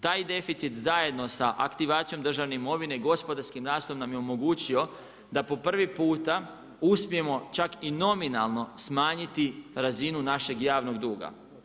Taj deficit zajedno sa aktivacijom državne imovine, gospodarski nastoj nam je omogućio da po prvi puta uspijemo čak i nominalno smanjiti razinu našeg javnog duga.